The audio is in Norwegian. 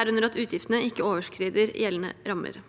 herunder at utgiftene ikke overskrider gjeldende rammer.